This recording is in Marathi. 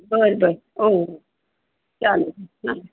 बरं बरं हो हो चालेल हां